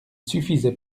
suffisait